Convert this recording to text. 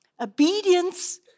Obedience